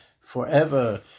forever